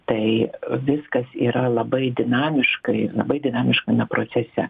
tai viskas yra labai dinamiškai labai dinamiškame procese